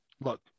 look